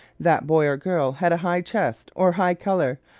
that boy or girl had a high chest, or high color,